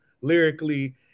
lyrically